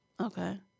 Okay